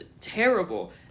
terrible